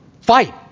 Fight